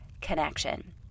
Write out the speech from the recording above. connection